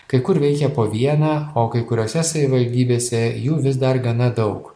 kai kur veikia po vieną o kai kuriose savivaldybėse jų vis dar gana daug